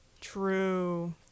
true